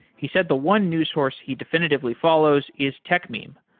he said the one news source he definitively follows is techmeme.